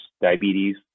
diabetes